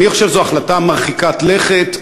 אני חושב שזאת החלטה מרחיקת לכת,